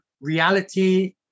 reality